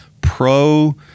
pro